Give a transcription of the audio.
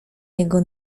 jego